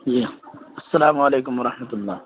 جی السلام علیکم و رحمت اللہ